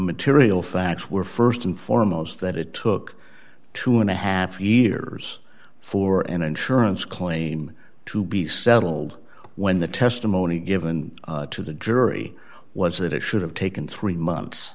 material facts were st and foremost that it took two and a half years for an insurance claim to be settled when the testimony given to the jury was that it should have taken three months